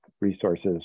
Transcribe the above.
resources